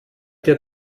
der